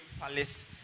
palace